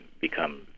become